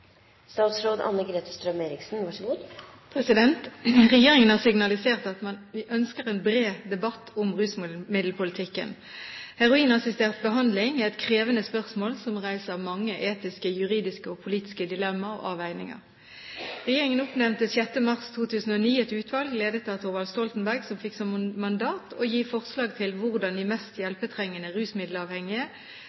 Regjeringen har signalisert at man ønsker en bred debatt om rusmiddelpolitikken. Heroinassistert behandling er et krevende spørsmål som reiser mange etiske, juridiske og politiske dilemmaer og avveininger. Regjeringen oppnevnte 6. mars 2009 et utvalg – ledet av Thorvald Stoltenberg – som fikk som mandat å komme med forslag til hvordan de mest